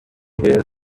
here